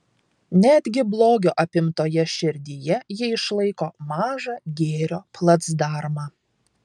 netgi blogio apimtoje širdyje ji išlaiko mažą gėrio placdarmą